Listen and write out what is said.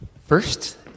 First